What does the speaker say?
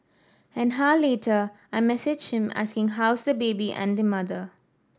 an later I messaged him asking how's the baby and mother